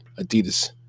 Adidas